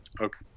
Okay